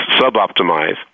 sub-optimize